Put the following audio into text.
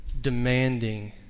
demanding